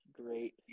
Great